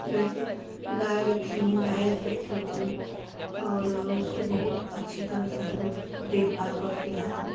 जैसे गाय रखी हूँ भैंस रखी हूँ और उसको बहुत अच्छी तरह से हम लोग देखभाल करते हैं